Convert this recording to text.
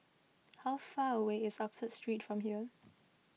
how far away is Oxford Street from here